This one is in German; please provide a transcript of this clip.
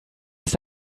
ist